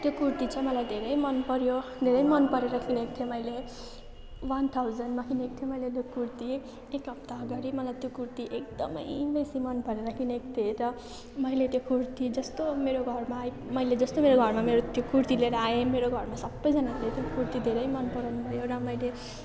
त्यो कुर्ती चाहिँ मलाई धेरै मनपर्यो धेरै मनपरेर किनेको थिएँ मैले वान थाउजन्डमा किनेको थिएँ मैले त्यो कुर्ती एक हप्ता अगाडि मलाई त्यो कुर्ती एकदमै बेसी मनपरेर किनेको थिएँ त मैले त्यो कुर्ती जस्तो मेरो घरमा मैले जस्तो मेरो घरमा ल्याएँ त्यो कुर्ती लिएर आएँ मेरो घरमा सबैजनाले त्यो कुर्ती धेरै मनपराउनु भयो राम्रो र मैले